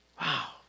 Wow